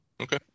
Okay